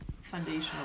foundational